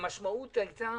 המשמעות הייתה